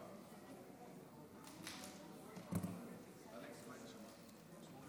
כבוד היושב-ראש, חבריי השרים, חבריי